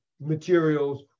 materials